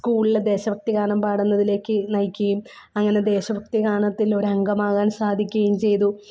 സ്കൂളിൽ ദേശഭക്തിഗാനം പാടുന്നതിലേക്ക് നയിക്കുകയും അങ്ങനെ ദേശഭക്തിഗാനത്തിലൊരംഗമാകാൻ സാധിക്കുകയും ചെയ്തു